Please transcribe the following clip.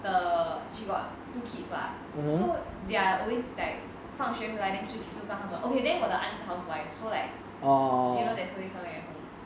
the she got two kids what so they are always like 放学回来 then 去带他们 okay then 我的 aunt 是 housewife so like you know there's always someone at home